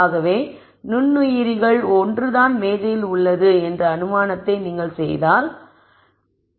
ஆகவே நுண்ணுயிரிகள் ஒன்றுதான் மேஜையில் உள்ளது என்ற அனுமானத்தை நீங்கள் செய்கிறீர்கள் என்று சொல்லலாம்